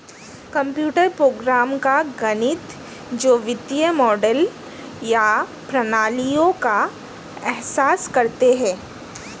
computer program का गणित जो वित्तीय मॉडल या प्रणालियों का एहसास करते हैं